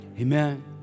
amen